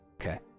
Okay